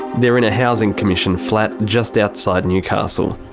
they're in a housing commission flat just outside newcastle.